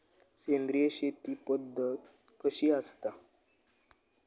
सेंद्रिय शेती पद्धत कशी असता?